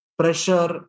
pressure